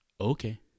okay